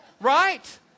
right